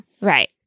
Right